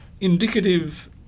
Indicative